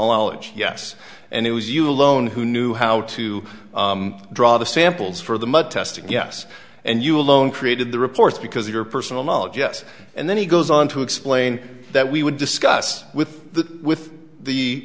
knowledge yes and it was you alone who knew how to draw the samples for the mud testing yes and you alone created the reports because your personal knowledge yes and then he goes on to explain that we would discuss with the with the